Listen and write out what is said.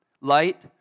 Light